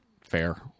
Fair